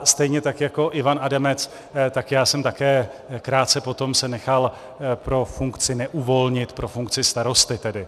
Stejně tak jako Ivan Adamec, tak já jsem také krátce potom se nechal pro funkci neuvolnit, pro funkci starosty tedy.